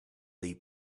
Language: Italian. dei